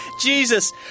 Jesus